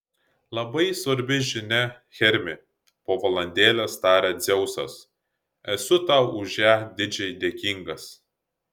labai svarbi žinia hermi po valandėlės tarė dzeusas esu tau už ją didžiai dėkingas